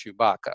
Chewbacca